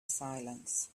silence